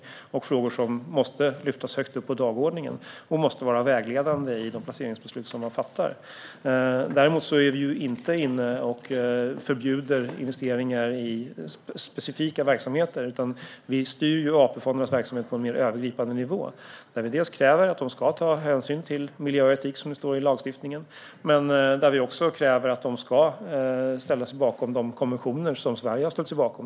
Det är frågor som måste lyftas högt upp på dagordningen och vara vägledande i de placeringsbeslut som man fattar. Däremot är vi inte inne och förbjuder investeringar i specifika verksamheter. Vi styr AP-fondernas verksamhet på en mer övergripande nivå där vi dels kräver att de ska ta hänsyn till miljö och etik, som det står i lagstiftningen, dels kräver att de ska ställa sig bakom de konventioner som Sverige har ställt sig bakom.